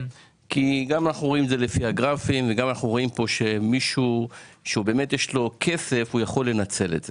אנחנו רואים לפי הגרפים שמי שיש לו כסף יכול לנצל את זה.